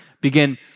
begin